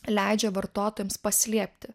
leidžia vartotojams paslėpti